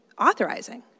authorizing